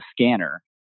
scanner